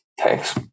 Thanks